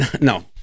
No